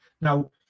Now